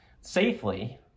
safely